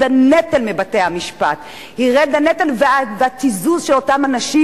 ירד הנטל מבתי-המשפט והתיזוז של אותם אנשים,